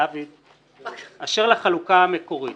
אשר לחלוקה המקורית,